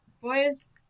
boys